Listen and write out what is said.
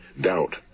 Doubt